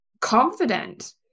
confident